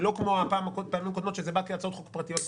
זה לא כמו הפעמים הקודמות שזה בא כהצעות חוק פרטיות.